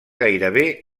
gairebé